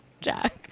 Jack